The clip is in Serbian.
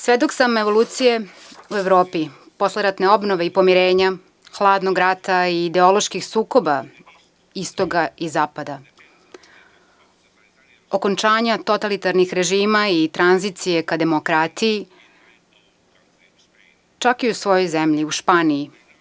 Svedok sam evolucije u Evropi, posleratne obnove i pomirenja, hladnog rata i ideoloških sukoba istoka i zapada, okončanja totalitarnih režima i tranzicije ka demokratiji, čak i u svojoj zemlji, u Španiji.